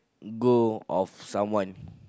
go of someone